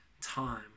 time